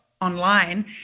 online